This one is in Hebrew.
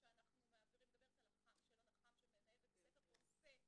שאנחנו מעבירים ושמנהל בית הספר עושה,